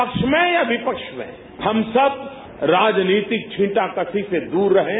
पक्ष में या विपक्ष में हम सब राजनीतिक छींटाकशी से दूर रहें